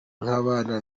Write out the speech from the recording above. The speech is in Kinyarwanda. nk’abana